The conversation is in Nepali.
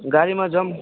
गाडीमा जाऔँ